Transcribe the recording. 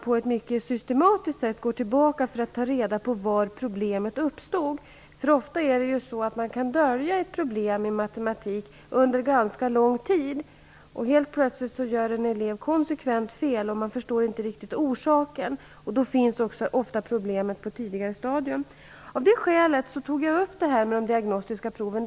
På ett mycket systematiskt sätt går man tillbaka för att få reda på när problemet uppstod. En elev kan ofta dölja problem med matematik under ganska lång tid. Men helt plötsligt gör en elev konsekvent fel utan att läraren inser orsaken. Då har problemet ofta uppstått på ett tidigare stadium. Av det skälet tog jag upp de diagnostiska proven.